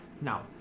Now